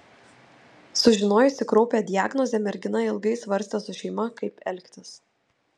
sužinojusi kraupią diagnozę mergina ilgai svarstė su šeima kaip elgtis